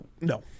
no